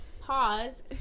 pause